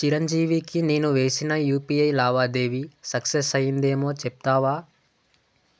చిరంజీవికి నేను వేసిన యూపీఐ లావాదేవి సక్సెస్ అయ్యిందేమో చెప్తావా